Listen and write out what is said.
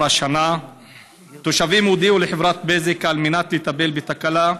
2018. תושבים הודיעו לחברת בזק על מנת לטפל בתקלה,